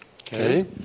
Okay